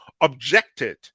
objected